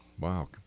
Wow